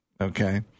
okay –